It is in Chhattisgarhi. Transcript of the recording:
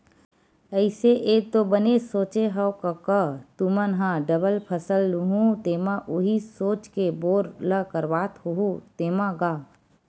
अइसे ऐ तो बने सोचे हँव कका तुमन ह डबल फसल लुहूँ तेमा उही सोच के बोर ल करवात होहू तेंमा गा?